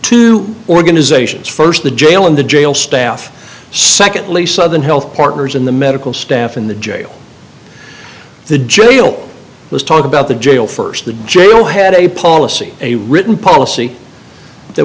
two organizations st the jail and the jail staff secondly southern health partners in the medical staff in the jail the jail let's talk about the jail st the jail had a policy a written policy that